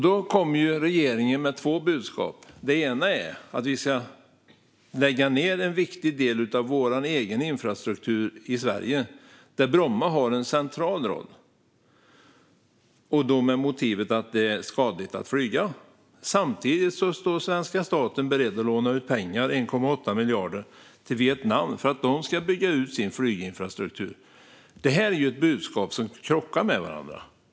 Då kommer ju regeringen med två budskap. Det ena är att vi ska lägga ned en viktig del av vår egen infrastruktur i Sverige, där Bromma har en central roll, med motivet att det är skadligt att flyga. Det andra är att svenska staten är beredd att låna ut pengar, 1,8 miljarder, till Vietnam för att de ska bygga ut sin flyginfrastruktur. Det här är ju budskap som krockar med varandra.